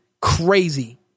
Crazy